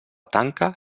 tanca